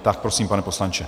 Tak prosím, pane poslanče.